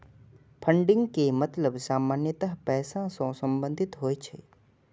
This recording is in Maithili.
फंडिंग के मतलब सामान्यतः पैसा सं संबंधित होइ छै